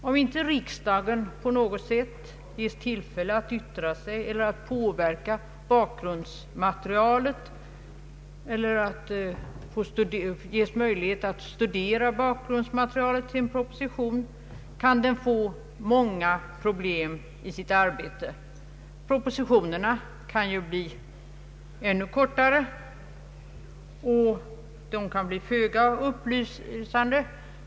Om inte riksdagen på något sätt ges tillfälle att studera och påverka bakgrundsmaterialet till en proposition, kan den få många problem i sitt arbete. Propositionerna kan ju bli ännu kortare och föga upplysande.